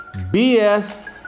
BS